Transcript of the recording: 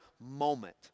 moment